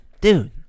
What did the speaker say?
Dude